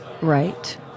Right